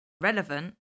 relevant